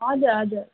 हजुर हजुर